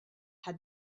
had